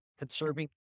Conserving